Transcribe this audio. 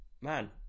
man